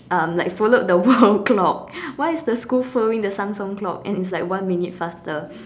um like followed the world clock why is the school following the Samsung clock and it's like one minute faster